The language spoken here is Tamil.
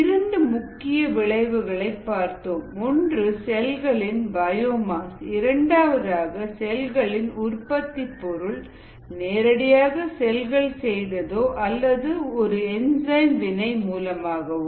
இரண்டு முக்கிய விளைவுகளை பார்த்தோம் ஒன்று செல்களின் பயோமாஸ் இரண்டாவதாக செல்களின் உற்பத்திப் பொருள் நேரடியாக செல்கள் செய்தோ அல்லது ஒரு என்சைம் வினை மூலமாகவோ